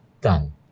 done